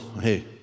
Hey